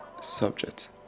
subject